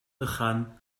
bychan